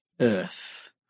earth